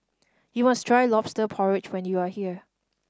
you must try Lobster Porridge when you are here